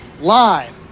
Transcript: live